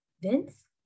Vince